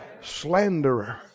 slanderer